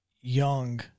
young